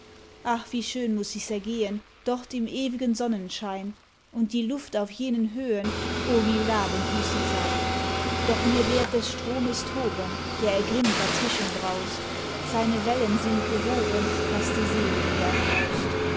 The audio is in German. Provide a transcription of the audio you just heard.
ach wie schön muß sich's ergehen dort im ew'gen sonnenschein und die luft auf jenen höhen o wie labend muß sie sein doch mir wehrt des stromes toben der ergrimmt dazwischen braust seine wellen sind gehoben das die seele mir ergraust